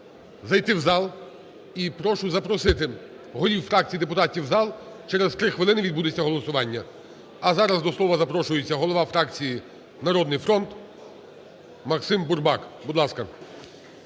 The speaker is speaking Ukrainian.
зайти в зал. І прошу запросити голів фракцій депутатів в зал. Через 3 хвилини відбудеться голосування. А зараз до слова запрошується голова фракції "Народний фронт" Максим Бурбак. Будь ласка.